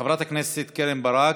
חברת הכנסת קרן ברק,